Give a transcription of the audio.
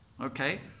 Okay